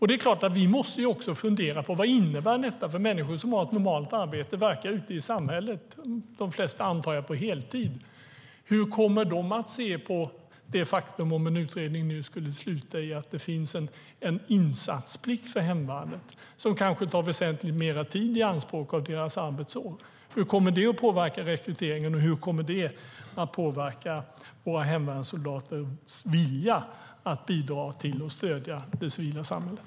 Det är klart att vi också måste fundera på: Vad innebär detta för människor som har ett normalt arbete och verkar ute i samhället? Jag antar att de flesta gör det på heltid. Hur kommer de att se på detta faktum, om en utredning nu skulle sluta i att det finns en insatsplikt för hemvärnet, som kanske tar väsentligt mer tid i anspråk av deras arbetsår? Hur kommer det att påverka rekryteringen, och hur kommer det att påverka våra hemvärnssoldaters vilja att bidra till och stödja det civila samhället?